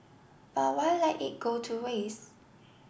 but why let it go to waste